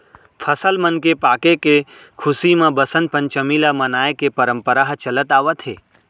फसल मन के पाके के खुसी म बसंत पंचमी ल मनाए के परंपरा ह चलत आवत हे